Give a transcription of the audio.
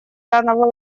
данного